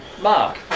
Mark